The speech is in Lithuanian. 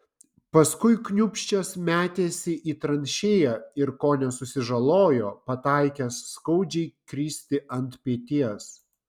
paskui kniūbsčias metėsi į tranšėją ir kone susižalojo pataikęs skaudžiai kristi ant peties